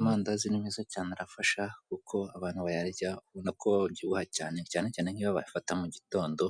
Amandazi ni meza cyane arafasha kuko abantu bayarya ubona ko aryoha cyanr, cyane cyane nk'iyo bayafata mu gitondo